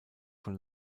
von